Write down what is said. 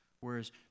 whereas